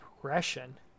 progression